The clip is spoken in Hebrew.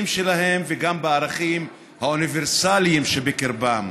שלהם וגם בערכים האוניברסליים שבקרבם?